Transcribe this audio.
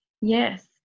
Yes